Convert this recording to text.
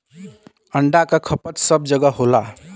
अंडा क खपत सब जगह होला